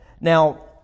Now